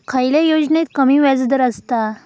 खयल्या योजनेत कमी व्याजदर असता?